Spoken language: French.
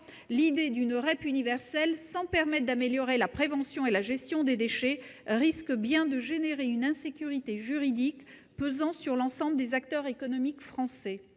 l'idée d'une REP universelle, sans permettre d'améliorer la prévention et la gestion des déchets, risque bien de créer une insécurité juridique pesant sur l'ensemble des acteurs économiques français.